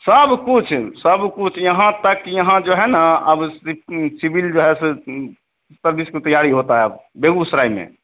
सब कुछ सब कुछ यहाँ तक यहाँ जो है ना अब सिविल जो है सर्विस में तैयारी होता है अब बेगूसराय में